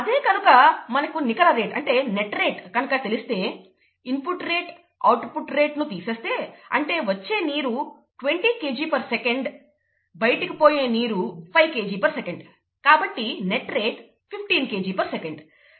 అదే కనక మనకు నికర రేట్ అంటే నెట్ రేట్ కనుక తెలిస్తే ఇన్పుట్ రేట్ అవుట్పుట్ రేట్ ను తీసేస్తే అంటే వచ్చే నీరు 20 Kgsec బయటికి పోయే నీరు 5 Kgsec కాబట్టి నెట్ రేట్ 15 Kgsec